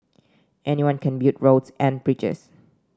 anyone can build roads and bridges